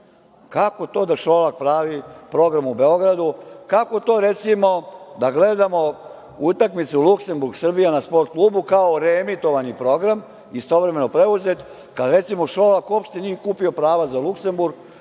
kako to da Šolak pravi program u Beogradu? Kako to, recimo, da gledamo utakmicu Luksemburg-Srbija na „Sport klubu“ kao reemitovani program, istovremeno preuzet, kad recimo Šolak uopšte nije kupio prava za Luksemburg?